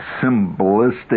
symbolistic